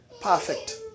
perfect